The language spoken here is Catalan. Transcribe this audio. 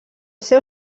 seu